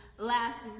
last